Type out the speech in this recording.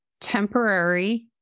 temporary